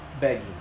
begging